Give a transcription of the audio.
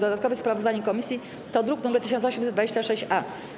Dodatkowe sprawozdanie komisji to druk nr 1826-A.